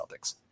Celtics